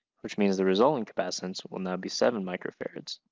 which means the resulting capacitance will now be seven microfarads.